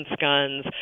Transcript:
guns